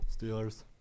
Steelers